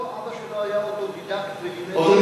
לא, אבא שלי היה אוטודידקט, אוטודידקט.